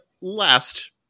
last